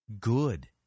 good